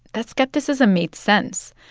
that skepticism made sense.